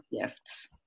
gifts